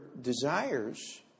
desires